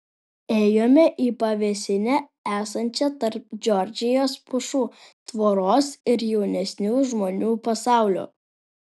ėjome į pavėsinę esančią tarp džordžijos pušų tvoros ir jaunesnių žmonių pasaulio